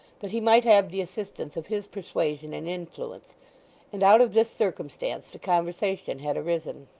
that he might have the assistance of his persuasion and influence and out of this circumstance the conversation had arisen.